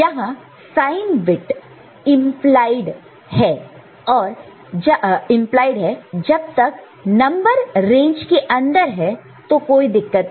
यहां sign bit implied है जब तक नंबर रेंज के अंदर है तो कोई दिक्कत नहीं होगी